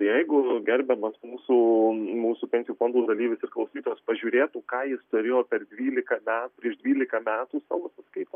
jeigu gerbiamas mūsų mūsų pensijų fondų dalyvis ir klausytojas pažiūrėtų ką jis turėjo per dvylika metų prieš dvylika metų savo sąskaitoj